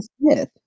Smith